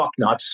fucknuts